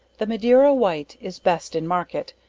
the madeira white is best in market,